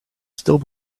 still